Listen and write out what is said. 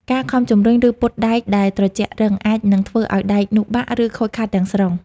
ការខំជម្រុញ ឬពត់ដែកដែលត្រជាក់រឹង អាចនឹងធ្វើឱ្យដែកនោះបាក់ ឬខូចខាតទាំងស្រុង។